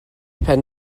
pen